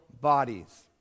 bodies